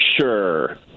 sure